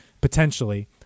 potentially